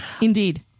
Indeed